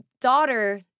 daughter